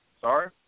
sorry